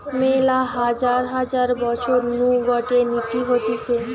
মেলা হাজার হাজার বছর নু গটে নীতি হতিছে